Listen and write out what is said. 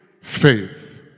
faith